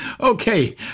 Okay